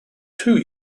two